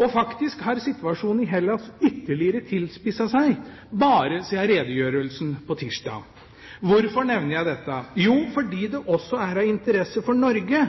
Og faktisk har situasjonen i Hellas ytterligere tilspisset seg, bare siden redegjørelsen på tirsdag. Hvorfor nevner jeg dette? Jo, fordi det også er av interesse for Norge,